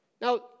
Now